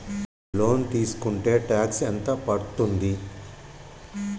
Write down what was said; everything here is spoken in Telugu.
లోన్ తీస్కుంటే టాక్స్ ఎంత పడ్తుంది?